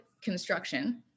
construction